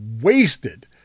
wasted